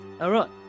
Alright